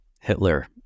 Hitler